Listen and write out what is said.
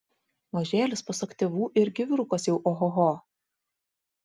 mažėlis pasak tėvų irgi vyrukas jau ohoho